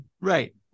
Right